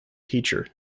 teacher